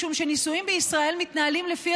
משום שנישואים בישראל מתנהלים לפי